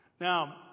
Now